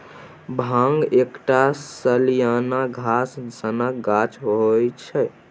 भांग एकटा सलियाना घास सनक गाछ होइ छै